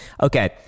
Okay